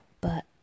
But